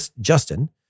Justin